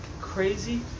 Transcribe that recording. crazy